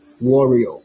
warrior